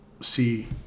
see